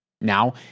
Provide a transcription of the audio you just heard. Now